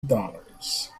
dollars